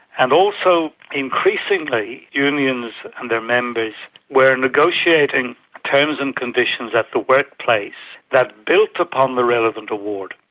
and also increasingly unions and their members were negotiating terms and conditions at the workplace that built upon the relevant award.